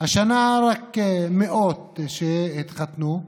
והשנה רק מאות התחתנו.